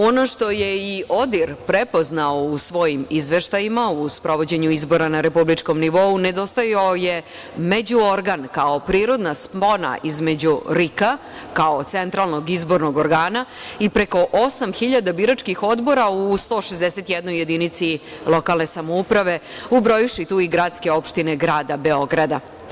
Ono što je i ODIR prepoznao u svojim izveštajima u sprovođenju izbora na republičkom nivou, nedostajao je među organ kao prirodna spona između RIK-a, kao centralnog izbornog organa, i preko osam hiljada biračkih odbora u 161 jedinici lokalne samouprave, ubrojivši tu i gradske opštine Grada Beograda.